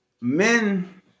men